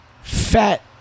fat